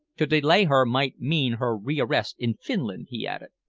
to delay her might mean her rearrest in finland, he added.